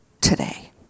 today